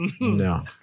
No